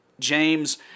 James